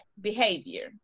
behavior